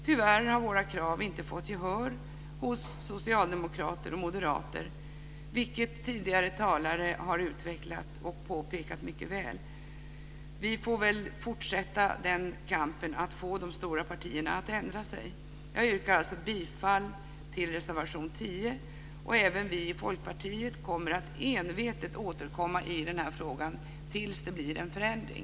Tyvärr har våra krav inte fått gehör hos socialdemokrater och moderater, vilket tidigare talare har utvecklat och påpekat mycket väl. Vi får fortsätta kampen för att få de stora partierna att ändra sig. Jag yrkar bifall till reservation 10. Även vi i Folkpartiet kommer att envetet återkomma i den här frågan tills det blir en förändring.